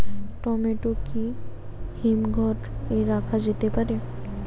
Tomato কি হিমঘর এ রাখা যেতে পারে?